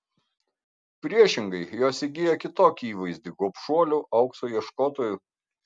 priešingai jos įgyja kitokį įvaizdį gobšuolių aukso ieškotojų